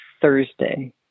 Thursday